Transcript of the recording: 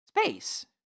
space